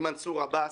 עם מנסור עבאס,